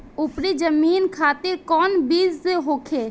उपरी जमीन खातिर कौन बीज होखे?